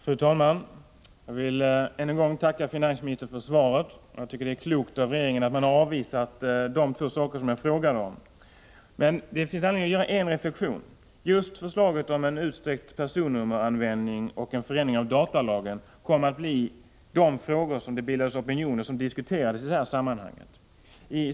Fru talman! Jag vill tacka finansministern för svaret. Jag tycker det är klokt att regeringen har avvisat de två saker som jag frågade om. Det finns dock anledning att göra en reflexion. Just förslaget om en utsträckt personnummeranvändning och en förändring av datalagen kommer att bli de frågor där det bildas opinion och som kommer att diskuteras i detta sammanhang.